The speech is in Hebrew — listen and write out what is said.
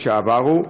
עברו,